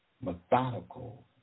methodical